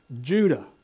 Judah